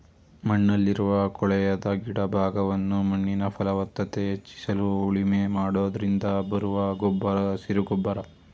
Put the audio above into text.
ಮಣ್ಣಲ್ಲಿರುವ ಕೊಳೆಯದ ಗಿಡ ಭಾಗವನ್ನು ಮಣ್ಣಿನ ಫಲವತ್ತತೆ ಹೆಚ್ಚಿಸಲು ಉಳುಮೆ ಮಾಡೋದ್ರಿಂದ ಬರುವ ಗೊಬ್ಬರ ಹಸಿರು ಗೊಬ್ಬರ